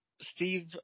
Steve